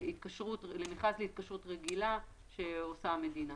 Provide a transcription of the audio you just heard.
למכרז להתקשרות רגילה שעושה המדינה.